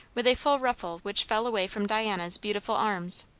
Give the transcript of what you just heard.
with a full ruffle which fell away from diana's beautiful arms.